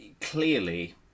clearly